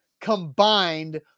combined